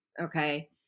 okay